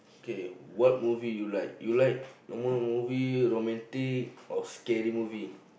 okay what movie you like you like normal movie romantic or scary movie